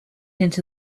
into